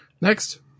Next